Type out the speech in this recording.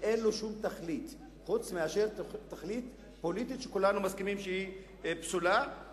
שאין לו שום תכלית חוץ מתכלית פוליטית שכולנו מסכימים שהיא פסולה?